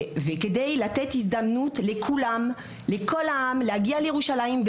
לאפשר לכל עם ישראל להגיע לירושלים,